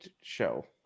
show